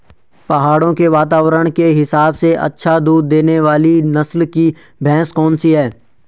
पहाड़ों के वातावरण के हिसाब से अच्छा दूध देने वाली नस्ल की भैंस कौन सी हैं?